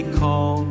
call